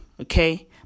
Okay